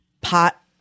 pot